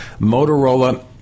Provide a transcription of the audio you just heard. Motorola